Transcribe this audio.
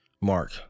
mark